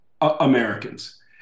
Americans